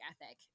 ethic